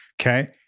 Okay